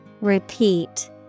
Repeat